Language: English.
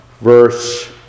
verse